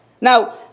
Now